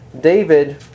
David